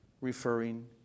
referring